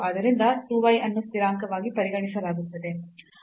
ಆದ್ದರಿಂದ 2 y ಅನ್ನು ಸ್ಥಿರಾಂಕವಾಗಿ ಪರಿಗಣಿಸಲಾಗುತ್ತದೆ